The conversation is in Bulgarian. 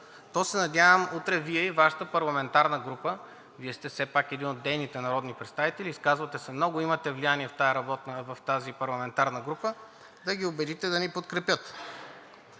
то се надявам утре Вие и Вашата парламентарна група, Вие сте все пак един от дейните народни представители, изказвате се много, имате влияние в тази парламентарна група, да ги убедите да ни подкрепят.